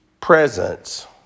presence